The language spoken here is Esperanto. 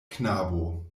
knabo